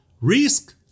risk